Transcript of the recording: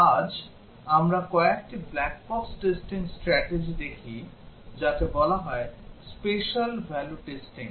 আজ আমরা আরেকটি ব্ল্যাক বক্স টেস্টিং স্ট্র্যাটেজি দেখি যাকে বলা হয় স্পেশাল ভ্যালু টেস্টিং